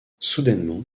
soudainement